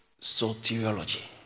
soteriology